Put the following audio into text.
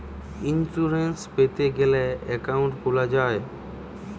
insurance পেতে গ্যালে account খুলা যায়